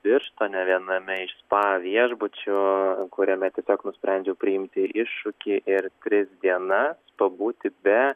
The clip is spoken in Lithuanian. birštone viename iš spa viešbučių kuriame tiesiog nusprendžiau priimti iššūkį ir tris dienas pabūti be